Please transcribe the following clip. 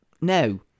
no